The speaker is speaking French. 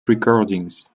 recordings